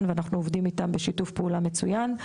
ואנחנו עובדים איתם בשיתוף פעולה מצוין.